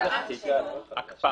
הקפאה.